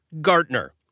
Gartner